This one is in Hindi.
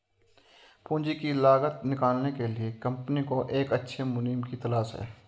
पूंजी की लागत निकालने के लिए कंपनी को एक अच्छे मुनीम की तलाश है